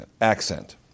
Accent